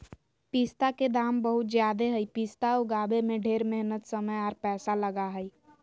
पिस्ता के दाम बहुत ज़्यादे हई पिस्ता उगाबे में ढेर मेहनत समय आर पैसा लगा हई